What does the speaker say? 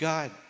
God